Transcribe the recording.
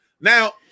Now